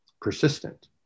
persistent